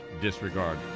disregard